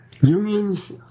Unions